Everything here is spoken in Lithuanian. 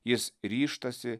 jis ryžtasi